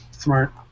Smart